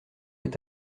est